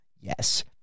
Yes